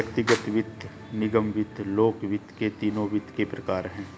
व्यक्तिगत वित्त, निगम वित्त, लोक वित्त ये तीनों वित्त के प्रकार हैं